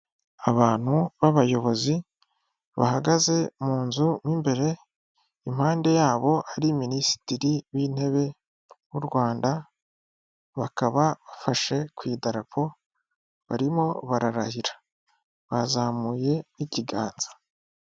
Abantu b'abayobozi bahagaze mu nzumo imbere impande yabo ari minisitiri w'intebe w'u Rwanda bakaba bafashe ku idarapo barimo bararahira bazamuye n'ikiganza.